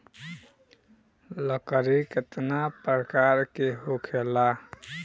लकड़ी केतना परकार के होखेला